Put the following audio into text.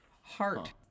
Heart